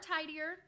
tidier